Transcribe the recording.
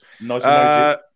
Nice